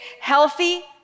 healthy